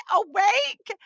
awake